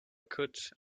could